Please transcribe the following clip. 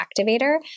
activator